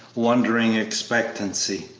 wondering expectancy.